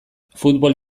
futbol